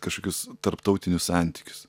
kažkokius tarptautinius santykius